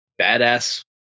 badass